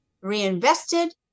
reinvested